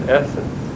essence